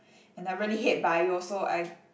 and I really hate bio so I